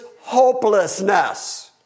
hopelessness